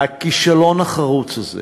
והכישלון החרוץ הזה